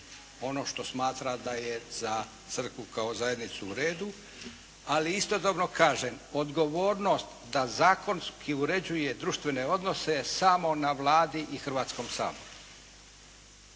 ono što smatra da je za crkvu kao zajednicu u redu, ali istodobno kažem, odgovornost da zakonski uređuje društvene odnose samo je na Vladi i Hrvatskom saboru.